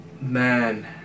Man